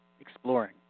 exploring